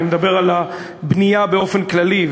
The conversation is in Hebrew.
אני מדבר על הבנייה באופן כללי,